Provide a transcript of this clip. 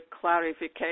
clarification